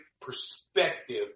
perspective